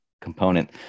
component